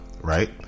right